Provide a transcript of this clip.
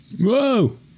Whoa